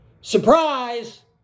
Surprise